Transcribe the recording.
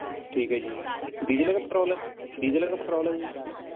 ਠੀਕ ਹੈ ਜੀ ਡੀਜ਼ਲ ਹੈ ਕਿ ਪੈਟਰੋਲ ਹੈ ਡੀਜ਼ਲ ਹੈ ਕਿ ਪੈਟਰੋਲ ਹੈ ਜੀ